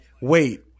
wait